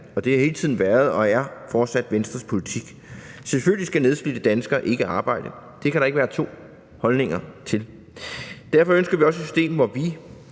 og det har hele tiden været og er fortsat Venstres politik. Selvfølgelig skal nedslidte danskere ikke arbejde, det kan der ikke være to holdninger til. Derfor ønsker vi også et system, hvor vi,